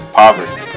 poverty